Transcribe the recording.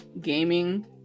gaming